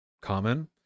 common